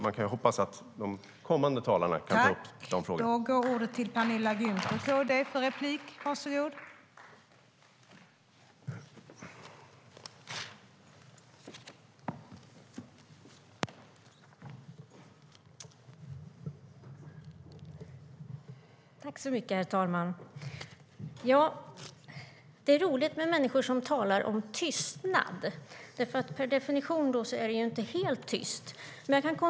Man kan hoppas att de kommande talarna kan ta upp de frågorna.